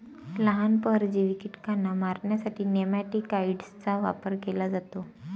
लहान, परजीवी कीटकांना मारण्यासाठी नेमॅटिकाइड्सचा वापर केला जातो